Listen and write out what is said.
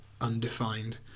Undefined